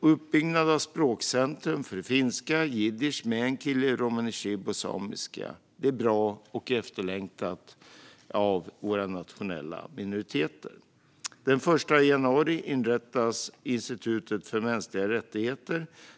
och bygga upp språkcentrum för finska, jiddisch, meänkieli, romani chib och samiska. Detta är bra och efterlängtat av våra nationella minoriteter. Den 1 januari inrättas Institutet för mänskliga rättigheter.